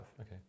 Okay